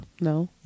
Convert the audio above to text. no